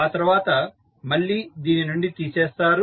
ఆ తర్వాత మళ్ళీ దీని నుండి తీసేస్తారు